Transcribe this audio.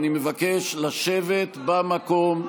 אני מבקש לשבת במקום.